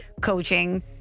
coaching